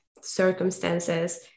circumstances